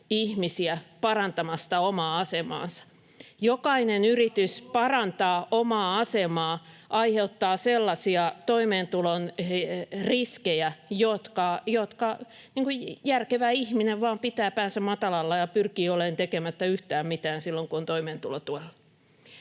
ihmisiä parantamasta omaa asemaansa. [Krista Kiurun välihuuto] Jokainen yritys parantaa omaa asemaa aiheuttaa sellaisia toimeentulon riskejä, joissa järkevä ihminen vain pitää päänsä matalalla ja pyrkii olemaan tekemättä yhtään mitään silloin, kun on toimeentulotuella.